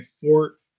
Fort